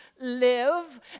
live